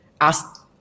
ask